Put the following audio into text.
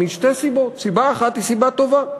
משתי סיבות: סיבה אחת היא סיבה טובה,